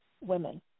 women